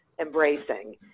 embracing